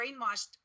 brainwashed